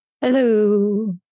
Hello